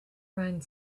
around